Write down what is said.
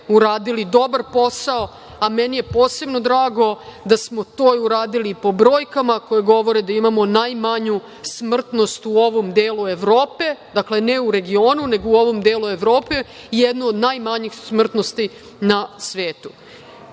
uradili dobar posao. Meni je posebno drago da smo to i uradili i po brojkama koje govore da imamo najmanju smrtnost u ovom delu Evrope, dakle, ne u regionu, nego u ovom delu Evrope, jednu od najmanjih smrtnosti na